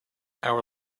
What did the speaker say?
our